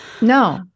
no